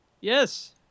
Yes